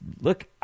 look